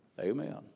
Amen